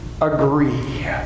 agree